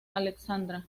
alexandra